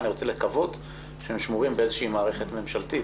אני רוצה לקוות שהם שמורים באיזושהי מערכת ממשלתית.